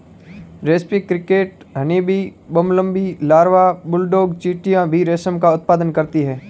रेस्पी cricket, honeybee, bumblebee larva, bulldog चींटियां भी रेशम का उत्पादन करती हैं